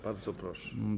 Bardzo proszę.